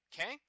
Okay